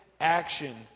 action